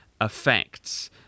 effects